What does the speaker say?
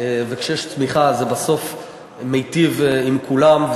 וכשיש צמיחה אז בסוף זה מיטיב עם כולם,